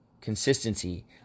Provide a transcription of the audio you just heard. Consistency